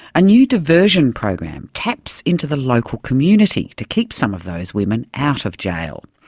a new diversion program taps into the local community to keep some of those women out of jail.